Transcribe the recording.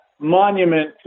monument